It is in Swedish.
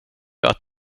att